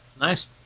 Nice